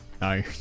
No